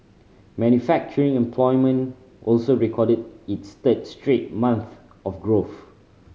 manufacturing employment also recorded its third straight month of growth